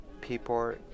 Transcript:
people